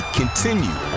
continue